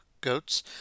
goats